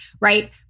Right